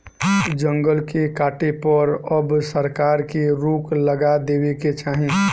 जंगल के काटे पर अब सरकार के रोक लगा देवे के चाही